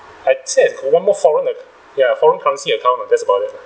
I still have got one more foreign ac~ ya foreign currency account lah that's about it lah